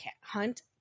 hunt